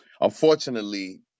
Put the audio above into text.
Unfortunately